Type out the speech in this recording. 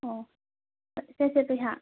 ꯑꯣ ꯁꯦ ꯁꯦ ꯄꯩꯁꯥ